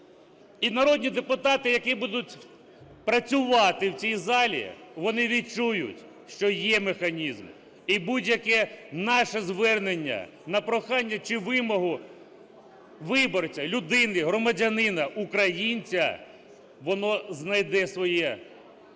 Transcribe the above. народні депутати, які будуть працювати в цій залі, вони відчують, що є механізм, і будь-яке наше звернення на прохання чи вимогу виборця, людини, громадянина, українця воно знайде своє